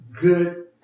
good